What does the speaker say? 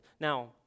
Now